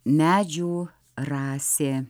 medžių rasė